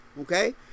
Okay